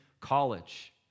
college